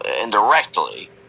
indirectly